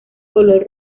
color